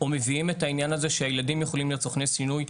או מביאים את העניין הזה שהילדים יכולים להיות סוכני שינוי,